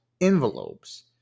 envelopes